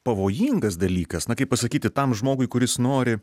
pavojingas dalykas na kaip pasakyti tam žmogui kuris nori